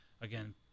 again